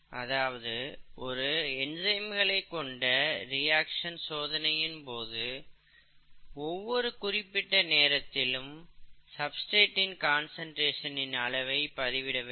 அதாவது ஒரு என்சைம்களை கொண்ட ரியாக்சன் சோதனையின் போது ஒவ்வொரு குறிப்பிட்ட நேரத்தில் சப்ஸ்டிரேட்டின் கான்சென்டிரேசனின் அளவை பதிவிட வேண்டும்